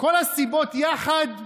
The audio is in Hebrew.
כל הסיבות יחד?